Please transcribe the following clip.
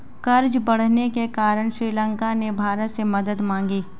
कर्ज बढ़ने के कारण श्रीलंका ने भारत से मदद मांगी